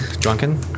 Drunken